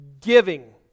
giving